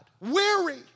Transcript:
Weary